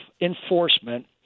enforcement